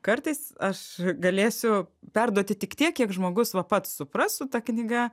kartais aš galėsiu perduoti tik tiek kiek žmogus va pats supras su ta knyga